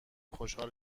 خوشحال